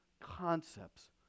concepts